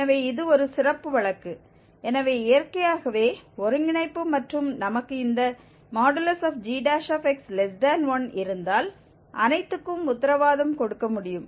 எனவே இது ஒரு சிறப்பு வழக்கு எனவே இயற்கையாகவே ஒருங்கிணைப்பு மற்றும் நமக்கு இந்த gx1 இருந்தால் அனைத்துக்கும் உத்தரவாதம் கொடுக்க முடியும்